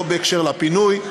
לא בהקשר הפינוי,